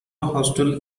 hostel